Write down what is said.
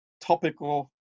topical